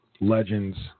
legends